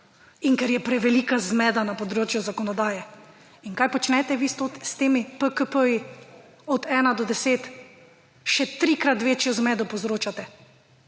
in ker je prevelika zmeda na področju zakonodaje. In kaj počnete vi s temi PKP-ji od 1 do 10? Še trikrat večjo zmedo povzročate.